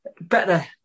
better